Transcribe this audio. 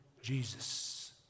Jesus